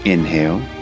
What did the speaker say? Inhale